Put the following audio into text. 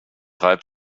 reibt